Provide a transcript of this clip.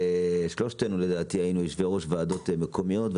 לדעתי, שלושתנו היינו יושבי-ראש ועדות מקומיות.